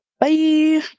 bye